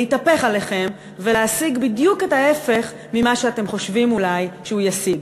להתהפך עליכם ולהשיג בדיוק את ההפך ממה שאתם חושבים אולי שהוא ישיג.